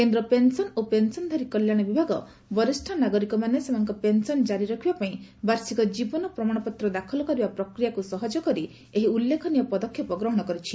କେନ୍ଦ୍ର ପେନ୍ସନ୍ ଓ ପେନ୍ସନଧାରୀ କଲ୍ୟାଣ ବିଭାଗ ବରିଷ୍ଣ ନାଗରିକମାନେ ସେମାନଙ୍କ ପେନ୍ସନ୍ କାରି ରଖିବାପାଇଁ ବାର୍ଷିକ ଜୀବନ ପ୍ରମାଣପତ୍ର ଦାଖଲ କରିବା ପ୍ରକ୍ରିୟାକୁ ସହଜ କରି ଏହି ଉଲ୍ଲ୍ଖେନୀୟ ପଦକ୍ଷେପ ଗ୍ରହଣ କରିଛି